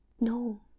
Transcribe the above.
No